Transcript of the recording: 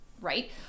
right